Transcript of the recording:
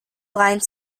lines